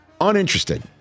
Uninterested